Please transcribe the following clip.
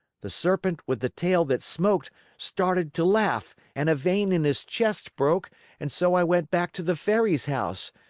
the serpent with the tail that smoked started to laugh and a vein in his chest broke and so i went back to the fairy's house.